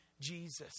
Jesus